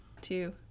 two